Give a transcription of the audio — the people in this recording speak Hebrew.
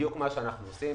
זה בדיוק מה שאנחנו עושים.